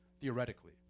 theoretically